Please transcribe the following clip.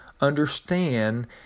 understand